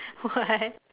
why